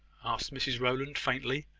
asked mrs rowland, faintly.